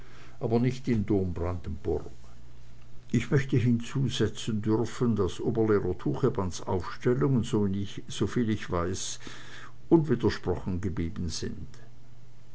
aber nicht in dom brandenburg ich möchte hinzusetzen dürfen daß oberlehrer tuchebands aufstellungen soviel ich weiß unwidersprochen geblieben sind